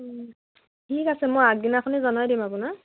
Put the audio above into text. ঠিক আছে মই আগদিনাখনে জনাই দিম আপোনাক